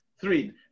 Three